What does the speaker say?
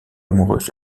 amoureuse